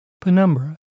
Penumbra